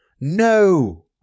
No